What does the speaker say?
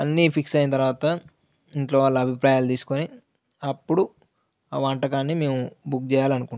అన్నీ ఫిక్స్ అయిన తర్వాత ఇంట్లో వాళ్ళ అభిప్రాయాలు తీసుకొని అప్పుడు ఆ వంటకాన్ని మేము బుక్ చేయాలనుకుంటున్నాం